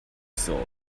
faculty